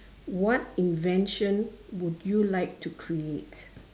what invention would you like to create